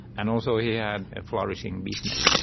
and also he had a flourishing business.